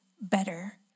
better